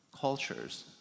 cultures